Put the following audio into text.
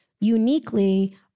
uniquely